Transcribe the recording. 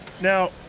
Now